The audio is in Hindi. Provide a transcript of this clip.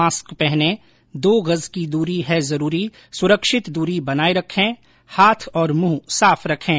मास्क पहनें दो गज़ की दूरी है जरूरी सुरक्षित दूरी बनाए रखें हाथ और मुंह साफ रखें